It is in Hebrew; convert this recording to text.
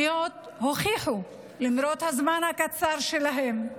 למרות הזמן הקצר שלהן,